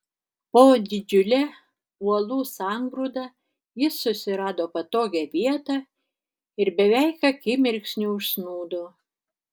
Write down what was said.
po didžiule uolų sangrūda jis susirado patogią vietą ir beveik akimirksniu užsnūdo